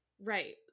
Right